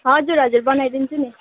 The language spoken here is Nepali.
हजुर हजुर बनाइदिन्छु नि